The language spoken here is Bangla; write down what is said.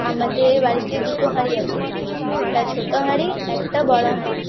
আমাদের বাড়িতে দুটো হাঁড়ি আছে একটা ছোটো হাঁড়ি একটা বড় হাঁড়ি